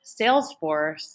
Salesforce